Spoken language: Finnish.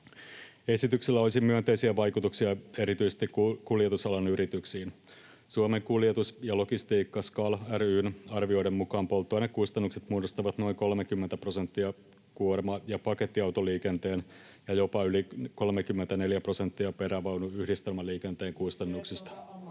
Esityksellä olisi myönteisiä vaikutuksia erityisesti kuljetusalan yrityksiin. Suomen Kuljetus ja Logistiikka SKAL ry:n arvioiden mukaan polttoainekustannukset muodostavat noin 30 prosenttia kuorma- ja pakettiautoliikenteen ja jopa yli 34 prosenttia perävaunuyhdistelmäliikenteen kustannuksista. [Tuomas